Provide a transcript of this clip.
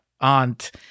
aunt